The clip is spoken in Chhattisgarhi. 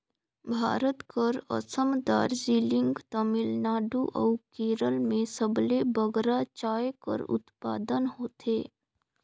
भारत कर असम, दार्जिलिंग, तमिलनाडु अउ केरल में सबले बगरा चाय कर उत्पादन होथे